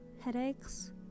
headaches